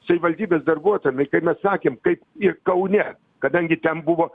savivaldybės darbuotojam i kai mes sakėm kaip ir kaune kadangi ten buvo